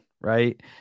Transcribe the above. Right